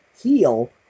heal